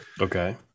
Okay